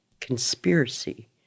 conspiracy